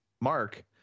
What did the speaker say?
Mark